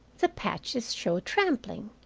the patches showed trampling.